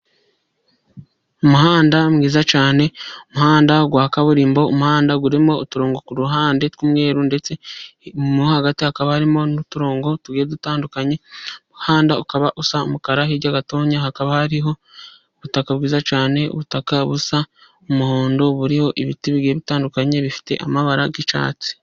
Umuhanda mwiza cyane umuhanda wa kaburimbo umuhanda urimo uturongo ku ruhande w'umweru ndetse hagati hakaba harimo n'uturongo tugiye dutandukanye, umuhanda ukaba usa umukara hirya gatonya hakaba hariho ubutaka bwiza cyane ubutaka busa umuhondo buriho ibiti bitandukanye bifite amabara y'icyatsi.